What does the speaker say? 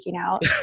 out